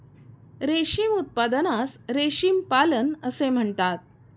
रेशीम उत्पादनास रेशीम पालन असे म्हणतात